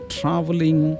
traveling